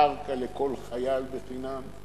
קרקע לכל חייל בחינם.